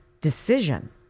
decision